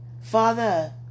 Father